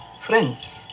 friends